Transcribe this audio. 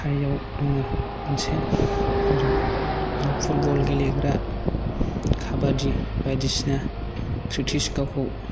साइआव दङ मोनसे फुटबल गेलेग्रा काबादि बायदिसिना फ्रेकटिसकआखौ